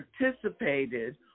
participated